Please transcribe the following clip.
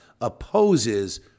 opposes